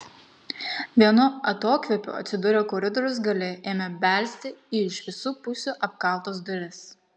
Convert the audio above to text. vienu atokvėpiu atsidūrę koridoriaus gale ėmė belsti į iš visų pusių apkaltas duris